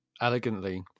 elegantly